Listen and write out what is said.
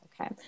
Okay